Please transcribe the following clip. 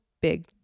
big